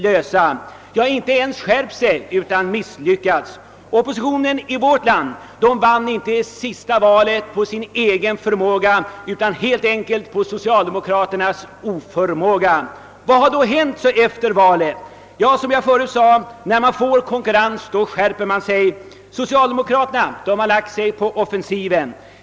Ja, man har inte ens skärpt sig för att lösa frågorna. Oppositionen vann inte senaste valet på sin egen förmåga utan helt enkelt på socialdemokraternas oförmåga. Vad har då hänt efter valet? Som jag förut sade: När man får konkurrens skärper man sig. Socialdemokraterna har lagt sig på offensiven.